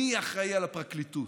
מי יהיה אחראי לפרקליטות.